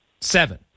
Seven